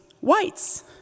whites